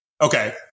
Okay